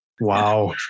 wow